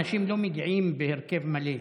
אנשים לא מגיעים בהרכב מלא.